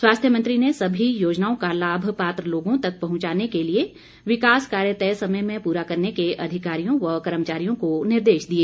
स्वास्थ्य मंत्री ने सभी योजनाओं का लाभ पात्र लोगों तक पहुंचाने के लिए विकास कार्य तय समय में पूरा करने के अधिकारियों व कर्मचारियों को निर्देश दिए